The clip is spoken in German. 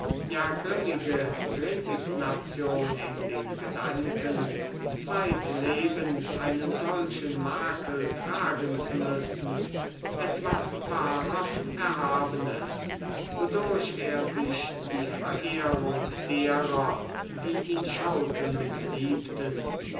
ja grimmige resignation in den gedanken zeitlebens einen solchen makel tragen zu müssen etwas wahrhaft erhabenes wodurch er sich die verehrung derer die ihn schauten und liebten